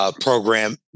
program